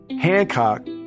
Hancock